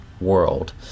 world